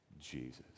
Jesus